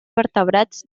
vertebrats